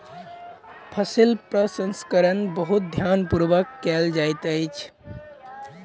फसील प्रसंस्करण बहुत ध्यान पूर्वक कयल जाइत अछि